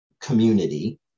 community